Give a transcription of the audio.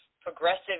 progressive